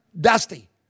dusty